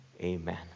Amen